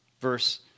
Verse